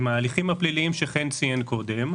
עם ההליכים הפלילים שחן ציין קודם.